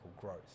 growth